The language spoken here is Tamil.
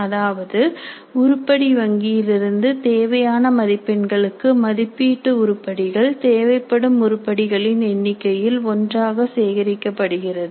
அதாவது உருப்படி வங்கியில் இருந்து தேவையான மதிப்பெண்களுக்கு மதிப்பீட்டு உருப்படிகள் தேவைப்படும் உருப்படிகளின் எண்ணிக்கையில் ஒன்றாக சேகரிக்கப்படுகிறது